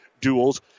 duels